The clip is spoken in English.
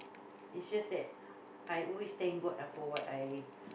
it's just that I always thank god ah for what I